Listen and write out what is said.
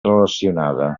relacionada